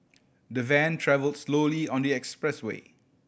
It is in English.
the van travelled slowly on the expressway